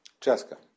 Jessica